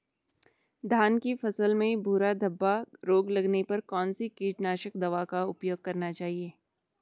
धान की फसल में भूरा धब्बा रोग लगने पर कौन सी कीटनाशक दवा का उपयोग करना चाहिए?